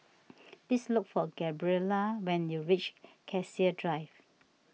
please look for Gabriella when you reach Cassia Drive